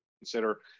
consider